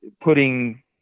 putting